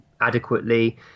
adequately